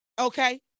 Okay